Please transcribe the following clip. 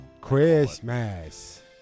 Christmas